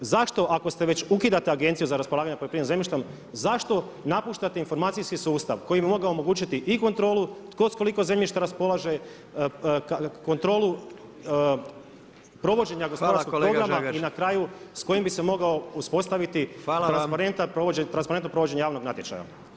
Zašto, ako već ukidate Agenciju za raspolaganje poljoprivrednim zemljištem, zašto napuštate informacijski sustav, koji bi mogao omogućiti i kontrolu, tko s koliko zemljišta raspolaže, kontrolu provođenja gospodarskih programa i na kraju s kojim bi se mogao uspostaviti [[Upadica: Hvala vam.]] transparentno provođenje javnog natječaja.